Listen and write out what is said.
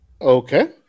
Okay